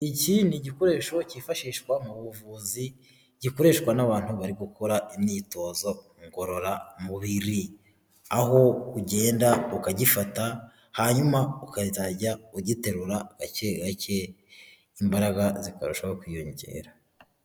Iki ni gikoresho cyifashishwa mu buvuzi gikoreshwa n'abantu bari gukora imyitozo ngororamubiri, aho ugenda ukagifata hanyuma ukazajya ugiterura gakegake imbaraga zikarushaho kwiyongera.